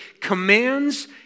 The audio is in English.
Commands